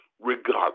regardless